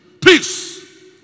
peace